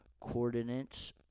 coordinates